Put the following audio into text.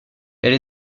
elle